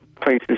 places